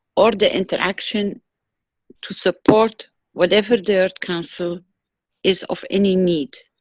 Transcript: are the interaction to support whatever the earth council is of any need.